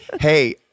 hey